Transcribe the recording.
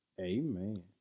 amen